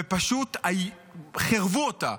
ופשוט חירבו אותה.